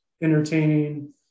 entertaining